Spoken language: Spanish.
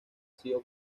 sido